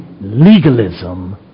legalism